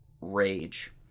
rage